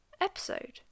episode